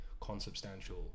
consubstantial